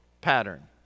pattern